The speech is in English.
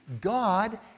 God